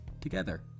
together